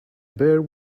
bare